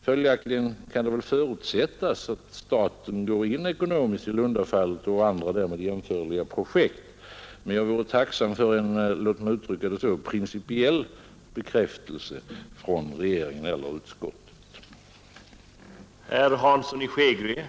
Följaktligen kan det väl förutsättas att staten går in ekonomiskt i Lundafallet och därmed jämförliga projekt, men jag vore tacksam för en — låt mig uttrycka mig så — principiell bekräftelse från regeringen eller utskottet.